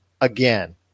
again